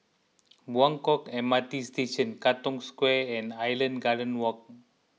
Buangkok M R T Station Katong Square and Island Gardens Walk